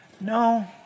No